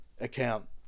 account